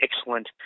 excellent